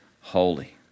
holy